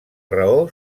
raó